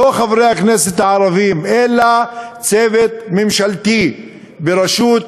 לא חברי הכנסת הערבים, צוות ממשלתי בראשות